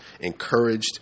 encouraged